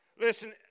Listen